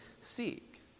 seek